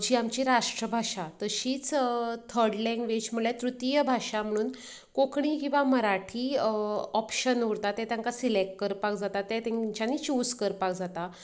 जी आमची राष्ट्रभाशा तशीच थर्ड लँग्वेज इंग्लीश म्हणल्यार तृतीय भाशा म्हुणून कोंकणी किंवां मराठी ऑपशन उरतात तें तेंकां सिलॅक्ट करपाक जाता तें तेंच्यानी चूज करपाक जाता